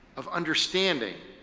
of understanding